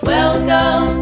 Welcome